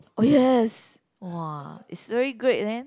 oh yes wow is really great man